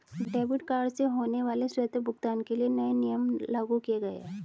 debit card से होने वाले स्वतः भुगतान के लिए नए नियम लागू किये गए है